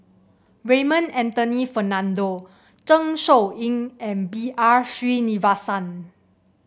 Raymond Anthony Fernando Zeng Shouyin and B R Sreenivasan